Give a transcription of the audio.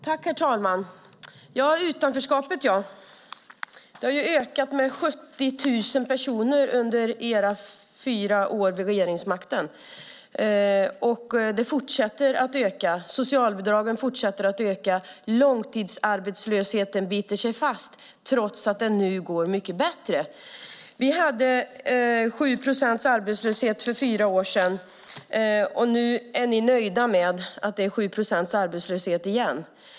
Herr talman! Ja, utanförskapet har ökat med 70 000 personer under era fyra år vid regeringsmakten, och det fortsätter att öka. Socialbidragen fortsätter att öka. Långtidsarbetslösheten biter sig fast trots att det nu går mycket bättre. Vi hade 7 procents arbetslöshet för fyra år sedan, och nu är ni nöjda med att det är 7 procents arbetslöshet igen.